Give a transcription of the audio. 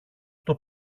στο